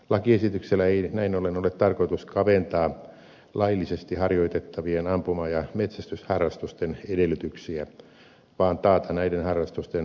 lakiesityksellä ei näin ollen ole tarkoitus kaventaa laillisesti harjoitettavien ampuma ja metsästysharrastusten edellytyksiä vaan taata näiden harrastusten turvallinen harjoittaminen